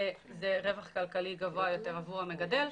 רווח כלכלי גבוה יותר עבור המגדל.